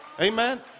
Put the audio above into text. Amen